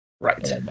Right